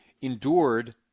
endured